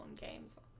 games